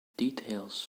details